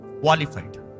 qualified